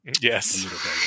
Yes